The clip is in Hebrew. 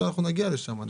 נגיע לשם,